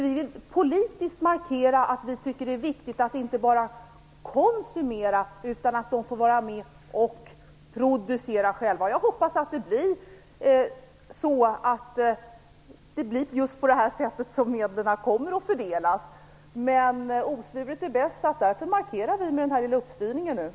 Vi vill politiskt markera att vi tycker att det är viktigt att man inte bara konsumerar utan också själv producerar. Jag hoppas att det blir just på detta sätt som medlen kommer att fördelas, men osvuret är bäst, och vi gör därför en markering med vår lilla uppskrivning.